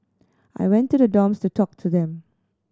I went to the dorms to talk to them